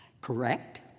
Correct